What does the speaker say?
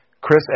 Chris